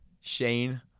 Shane